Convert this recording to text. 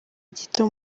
gito